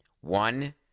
One